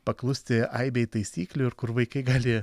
paklusti aibei taisyklių ir kur vaikai gali